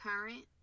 current